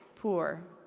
poor.